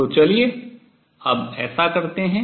तो चलिए अब ऐसा करते हैं